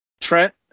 Trent